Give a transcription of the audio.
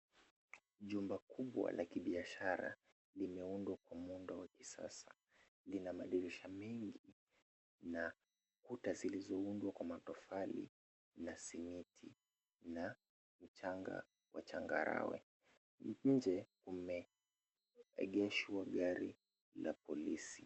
Jumba kubwa la kibiashara limeundwa kwa muundo wa kisasa. Lina madirisha mengi na kuta zilizoundwa kwa matofali na simiti na mchanga wa changarawe. Nje kumeegeshwa gari la polisi.